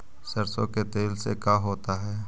सरसों के तेल से का होता है?